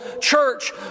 church